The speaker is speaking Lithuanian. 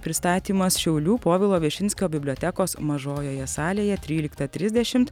pristatymas šiaulių povilo višinskio bibliotekos mažojoje salėje tryliktą trisdešimt